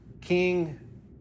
king